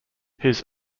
his